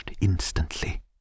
instantly